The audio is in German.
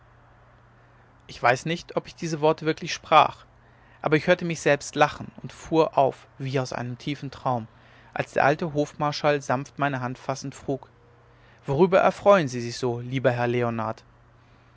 ich weiß nicht ob ich diese worte wirklich sprach aber ich hörte mich selbst lachen und fuhr auf wie aus tiefem traum als der alte hofmarschall sanft meine hand fassend frug worüber erfreuen sie sich so lieber herr leonard